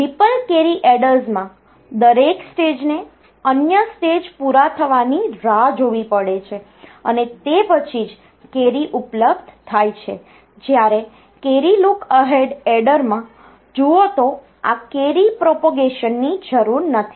ripple carry એડર્સમાં દરેક સ્ટેજને અન્ય સ્ટેજ પૂરા થવાની રાહ જોવી પડે છે અને તે પછી જ કેરી ઉપલબ્ધ થાય છે જ્યારે કૅરી લૂક અહેડ એડરમાં જુઓ તો આ કેરી પ્રોપેગેશન ની જરૂર નથી